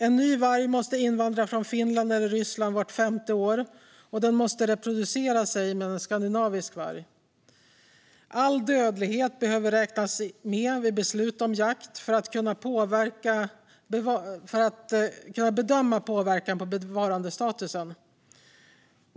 En ny varg måste invandra från Finland eller Ryssland vart femte år, och den måste reproducera sig med en skandinavisk varg. All dödlighet behöver räknas med vid beslut om jakt för att kunna bedöma påverkan på bevarandestatusen.